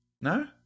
No